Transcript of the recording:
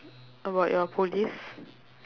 about your